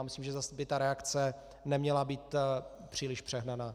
Myslím, že zase by ta reakce neměla být příliš přehnaná.